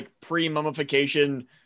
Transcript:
pre-mummification